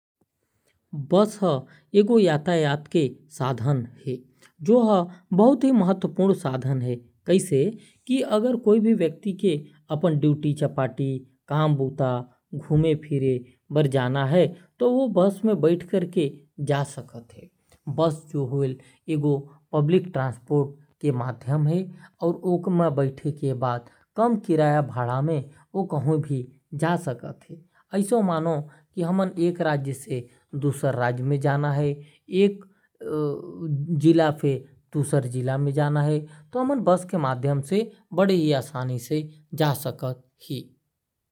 बस हर एक गो यातायात के साधन है। बस में कोई भी व्यक्ति ला काम बुता बर कहीं जाना है। बस सस्ता और अच्छा परिवहन है ऐसा मन एक राज्य से दुसर राज्य जाना है या एक जिला से दुसर जिला जाना है। तो बस के माध्यम से जा सकत ही।